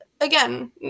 again